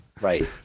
Right